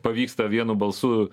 pavyksta vienu balsu